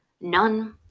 none